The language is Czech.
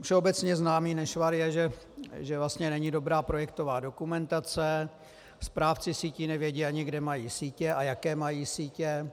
Všeobecně známý nešvar že není dobrá projektová dokumentace, správci sítí nevědí ani, kde mají sítě a jaké mají sítě.